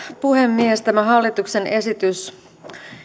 puhemies tämä hallituksen esitys